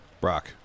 Brock